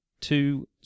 two